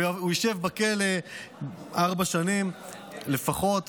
הוא ישב בכלא ארבע שנים לפחות,